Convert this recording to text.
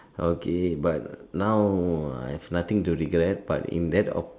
okay but now I have nothing to regret but in that